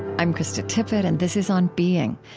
i'm krista tippett, and this is on being.